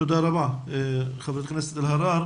תודה רבה, חברת הכנסת אלהרר.